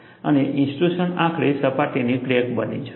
અને ઇન્ટ્રુશન આખરે સપાટીની ક્રેક બની શકે છે